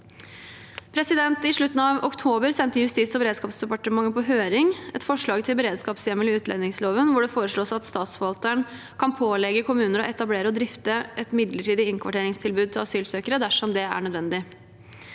I slutten av oktober sendte Justis- og beredskapsdepartementet på høring et forslag til beredskapshjemmel i utlendingsloven, hvor det foreslås at statsforvalteren kan pålegge kommuner å etablere og drifte et midlertidig innkvarteringstilbud til asylsøkere dersom det er